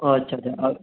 अछा छा